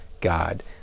God